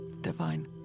divine